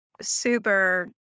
super